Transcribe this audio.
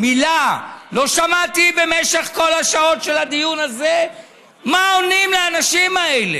מילה לא שמעתי במשך כל השעות של הדיון הזה מה עונים לאנשים האלה.